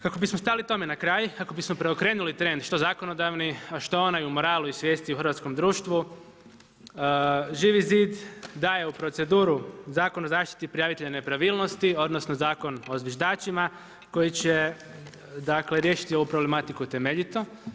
Kako bismo stali tome na kraj, kako bismo preokrenuli trend, što zakonodavni, a što onaj u moralu i svijesti u hrvatskom društvu, Živi zid daje u proceduru Zakon o zaštiti prijavitelja nepravilnosti, odnosno, Zakon o zviždačima koji će dakle, riješiti ovu tematiku temeljito.